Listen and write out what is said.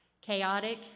chaotic